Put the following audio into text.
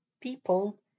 people